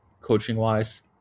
coaching-wise